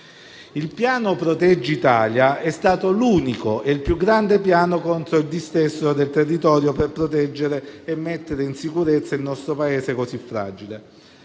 Il Piano proteggi Italia è stato l'unico e il più grande piano contro il dissesto del territorio per proteggere e mettere in sicurezza il nostro Paese così fragile.